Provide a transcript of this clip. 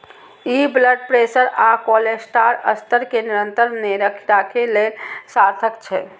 ई blood pressure आ cholesterol स्तर कें नियंत्रण मे राखै लेल सार्थक छै